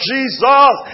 Jesus